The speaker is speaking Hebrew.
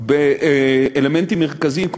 בעבר באלמנטים מרכזיים,